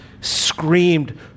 screamed